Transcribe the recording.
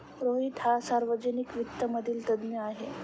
रोहित हा सार्वजनिक वित्त मधील तज्ञ आहे